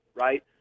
right